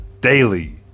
daily